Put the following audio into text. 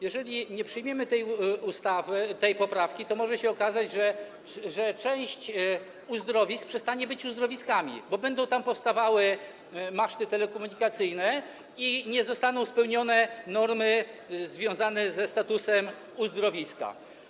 Jeżeli nie przyjmiemy tej poprawki, to może się okazać, że część uzdrowisk przestanie być uzdrowiskami, bo będą tam powstawały maszty telekomunikacyjne i nie zostaną spełnione normy związane ze statusem uzdrowiska.